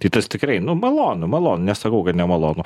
tai tas tikrai nu malonu malonu nesakau kad nemalonu